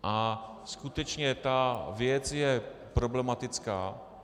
A skutečně ta věc je problematická.